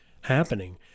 happening